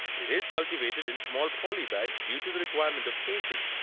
it is cultivated in small poly bags due to the requirement of casing.